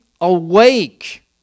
awake